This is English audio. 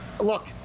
look